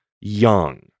young